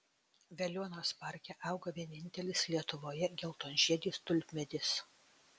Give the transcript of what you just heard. veliuonos parke auga vienintelis lietuvoje geltonžiedis tulpmedis